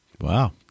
wow